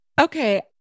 Okay